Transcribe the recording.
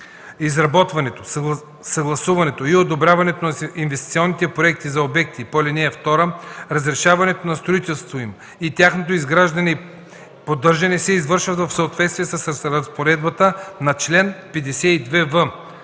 Изработването, съгласуването и одобряването на инвестиционните проекти за обектите по ал. 2, разрешаването на строителството им и тяхното изграждане и поддържане се извършват в съответствие с разпоредбата на чл. 52в.